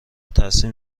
تاثیر